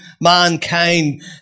Mankind